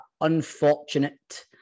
unfortunate